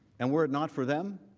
and were it not for them